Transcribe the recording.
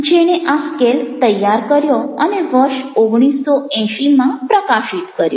જેણે આ સ્કેલ તૈયાર કર્યો અને વર્ષ 1980 માં પ્રકાશિત કર્યો